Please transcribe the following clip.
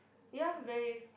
ya very